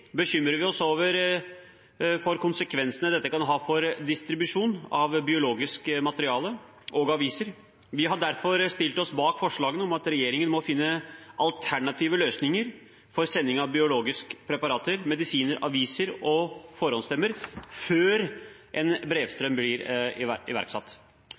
bekymrer vi oss for konsekvensene dette kan ha for distribusjon av biologisk materiale og aviser. Vi har derfor stilt oss bak forslagene om at regjeringen må finne alternative løsninger for sending av biologiske preparater, medisiner, aviser og forhåndsstemmer før én brevstrøm blir iverksatt.